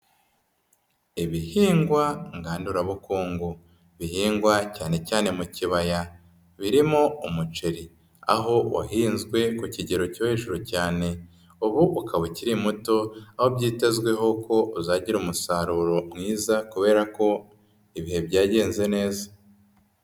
Ibihingwa ngandurabukungu bihingwa cyanecyane mu kibaya ,birimo umuceri aho wahinzwe ku kigero cyo hejuru cyane, ubu ukaba ukiri muto aho byitezweho ko uzagira umusaruro mwiza kubera ko ibihe byagenze neza.